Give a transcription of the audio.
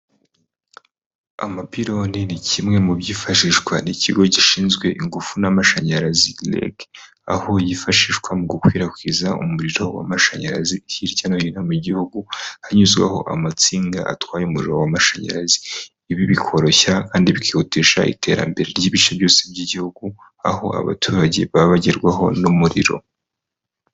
Amapironi ni kimwe mu byifashishwa n'ikigo gishinzwe ingufu n'amashanyarazi REG. Aho yifashishwa mu gukwirakwiza umuriro w'amashanyarazi hirya no hino mu gihugu hanyuzwaho amatsinga atwaye umuriro w'amashanyarazi ibi bikoroshya kandi bikihutisha iterambere ry'ibice byose by'igihugu aho abaturage baba bagerwaho n'umuriro.